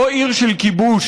לא עיר של כיבוש,